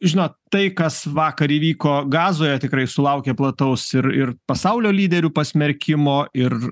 žinot tai kas vakar įvyko gazoje tikrai sulaukė plataus ir ir pasaulio lyderių pasmerkimo ir